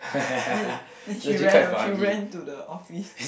then then she ran away she ran to the office